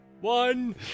One